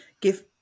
Give